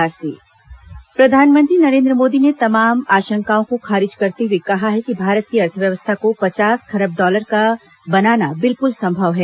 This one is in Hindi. प्रधानमंत्री भाजपा सदस्यता प्रधानमंत्री नरेन्द्र मोदी ने तमाम आशंकाओं को खारिज करते हुए कहा है कि भारत की अर्थव्यवस्था को पचास खरब डॉलर का बनाना बिल्कुल संभव है